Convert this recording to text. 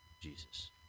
Jesus